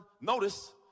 notice